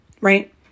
right